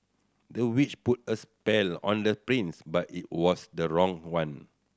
the witch put a spell on the prince but it was the wrong one